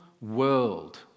world